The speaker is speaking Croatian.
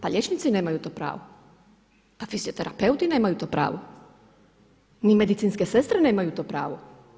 Pa liječnici nemaju to pravo, pa fizioterapeuti nemaju to pravo, ni medicinske sestre nemaju to pravo.